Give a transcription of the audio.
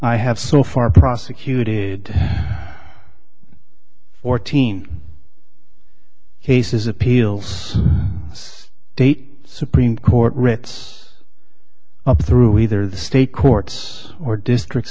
i have so far prosecuted fourteen cases appeals date supreme court writs up through either the state courts or district